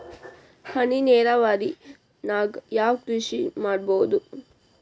ಹನಿ ನೇರಾವರಿ ನಾಗ್ ಯಾವ್ ಕೃಷಿ ಮಾಡ್ಬೋದು?